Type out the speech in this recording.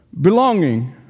Belonging